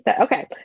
okay